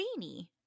beanie